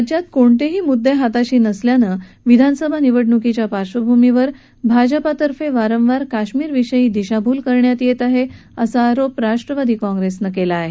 राज्यात कोणतेही मुद्दे हाताशी नसल्यानं विधानसभा निवडणुकीच्या पार्श्वभूमीवर भाजपातर्फे वारंवार काश्मिरविषयी दिशाभूल करण्यात येत आहे असा आरोप राष्ट्रवादी काँग्रेसनं केला आहे